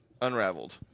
Unraveled